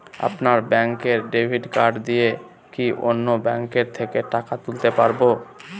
আপনার ব্যাংকের debit card দিয়ে কি অন্য ব্যাংকের থেকে টাকা তুলতে পারবো?